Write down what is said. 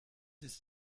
ist